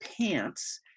pants